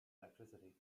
electricity